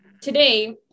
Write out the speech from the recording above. today